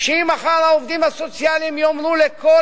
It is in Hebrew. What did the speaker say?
שאם מחר העובדים הסוציאליים יאמרו לכל